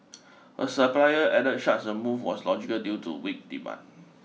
a supplier added such a move was logical due to weak demand